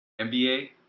NBA